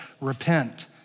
Repent